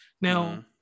now